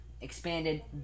expanded